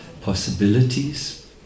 possibilities